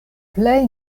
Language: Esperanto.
plej